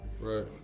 Right